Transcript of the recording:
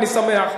אני שמח.